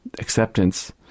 acceptance